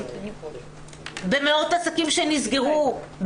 במאות עסקים שנסגרו,